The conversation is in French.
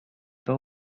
pas